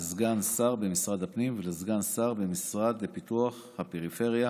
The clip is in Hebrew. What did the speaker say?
לסגן שר במשרד הפנים ולסגן שר במשרד לפיתוח הפריפריה,